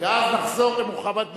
ואז נחזור למוחמד ברכה.